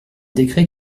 décret